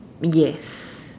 yes